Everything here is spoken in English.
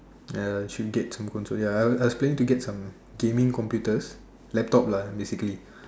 ya should get some console ya I was I was planning to get some gaming computers laptop lah basically